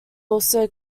also